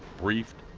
briefed,